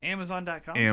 Amazon.com